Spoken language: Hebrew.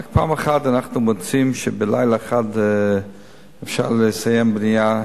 רק פעם אחת אנחנו מוצאים שבלילה אחד אפשר לסיים בנייה,